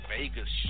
Vegas